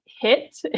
hit